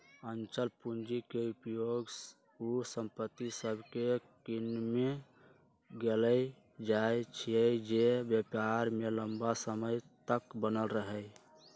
अचल पूंजी के उपयोग उ संपत्ति सभके किनेमें कएल जाइ छइ जे व्यापार में लम्मा समय तक बनल रहइ